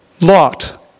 Lot